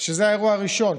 שזה האירוע הראשון,